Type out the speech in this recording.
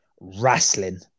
wrestling